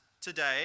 today